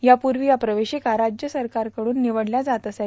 यापूर्वी या प्रवेशिका राज्य सरकारकडून निवडल्या जात असत